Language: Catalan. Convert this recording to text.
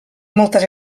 moltes